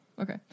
Okay